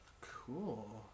Cool